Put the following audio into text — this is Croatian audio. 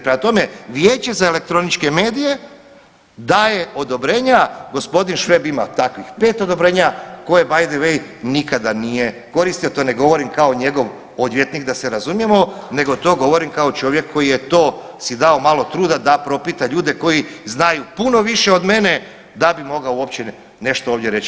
Prema tome, Vijeće za elektroničke medije daje odobrenja, g. Šveb ima takvih pet odobrenja koja by the way nikada nije koristio, to ne govorim kao njegov odvjetnik da se razumijemo nego to govorim kao čovjek koji je to si dao malo truda da propita ljude koji znaju puno više od mene da bi mogao uopće ovdje nešto reći.